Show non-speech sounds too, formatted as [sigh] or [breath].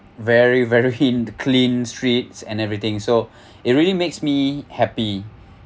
very very hint [laughs] clean streets and everything so [breath] it really makes me happy